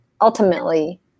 ultimately